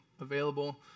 available